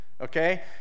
Okay